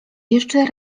jeszcze